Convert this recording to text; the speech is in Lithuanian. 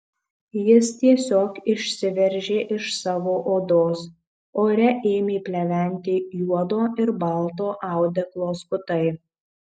jis tiesiog išsiveržė iš savo odos ore ėmė pleventi juodo ir balto audeklo skutai